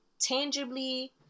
tangibly